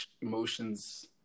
emotions